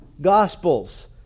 Gospels